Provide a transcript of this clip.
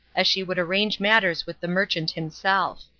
as she would arrange matters with the merchant himself.